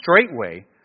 straightway